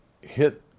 hit